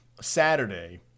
Saturday